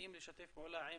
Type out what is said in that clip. החברתיים לשתף פעולה עם